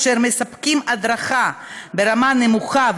אשר מספקים הדרכה ברמה נמוכה ומעוותת,